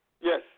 yes